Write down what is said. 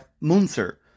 Munzer